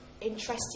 interesting